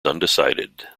undecided